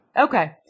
Okay